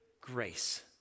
grace